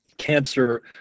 cancer